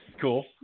Cool